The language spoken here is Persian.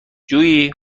جویی